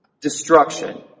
destruction